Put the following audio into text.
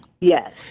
Yes